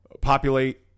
populate